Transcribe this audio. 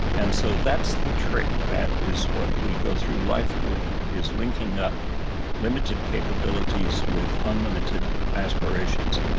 and so that's the trick. that is what we go through life doing, is linking up limited capabilities with unlimited aspirations.